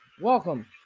Welcome